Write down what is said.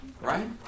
Right